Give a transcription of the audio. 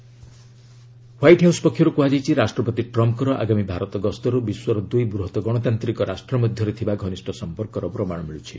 US India tie White House ପକ୍ଷର୍ କୃହାଯାଇଛି ରାଷ୍ଟ୍ରପତି ଟ୍ରମ୍ଫଙ୍କର ଆଗାମୀ ଭାରତ ଗସ୍ତରୁ ବିଶ୍ୱର ଦୁଇ ବୃହତ୍ ଗଣତାନ୍ତିକ ରାଷ୍ଟ୍ର ମଧ୍ୟରେ ଥିବା ଘନିଷ୍ଠ ସମ୍ପର୍କର ପ୍ରମାଣ ମିଳୁଛି